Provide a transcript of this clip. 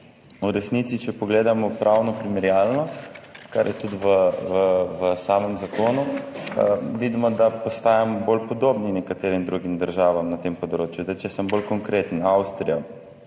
v resnici, če pogledamo pravno primerjalno, kar je tudi v samem zakonu, vidimo, da postajamo bolj podobni nekaterim drugim državam na tem področju. Če sem bolj konkreten, Avstrija.